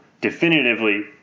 definitively